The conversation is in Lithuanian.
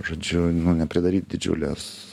žodžiu nepridaryt didžiulės